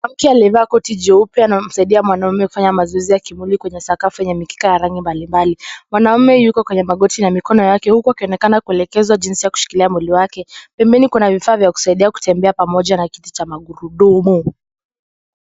Mwanamke aliyevaa koti jeupe anamsaidia mwanaume kufanya mazoezi ya kimwili kwenye sakafu yenye mitikaa rangi mbali mbali, mwanaume, yuko kwenye magoti na mikono yake huku akionekana kuelekezwa jinsi ya kushikilia mwili wake, pembeni kuna vifaa vya kusaidia kutembea pamoja na kiti cha magurudumu.